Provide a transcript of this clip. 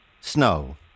snow